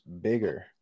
bigger